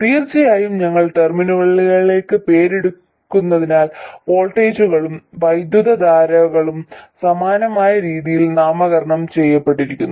തീർച്ചയായും ഞങ്ങൾ ടെർമിനലുകൾക്ക് പേരിട്ടിരിക്കുന്നതിനാൽ വോൾട്ടേജുകളും വൈദ്യുതധാരകളും സമാനമായ രീതിയിൽ നാമകരണം ചെയ്യപ്പെട്ടിരിക്കുന്നു